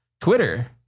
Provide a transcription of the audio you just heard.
Twitter